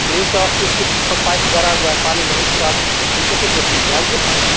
तीन सौ अस्सी फिट पर पाइप गढ़ा हुआ है पानी बहुत स्वादिष्ट है पीके तो देख लीजिए आइए पहले